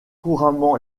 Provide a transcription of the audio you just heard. couramment